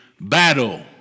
battle